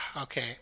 okay